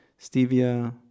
stevia